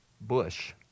bush